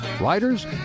writers